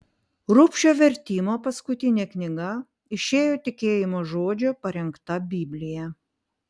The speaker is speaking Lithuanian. rubšio vertimo paskutinė knyga išėjo tikėjimo žodžio parengta biblija